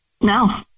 No